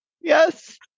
Yes